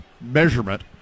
measurement